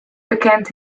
bekend